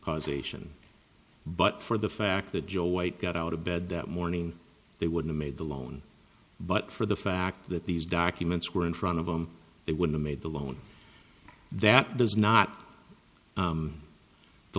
causation but for the fact that joe white got out of bed that morning they wouldn't made the loan but for the fact that these documents were in front of them they would have made the loan that does not